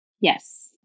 yes